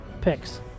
picks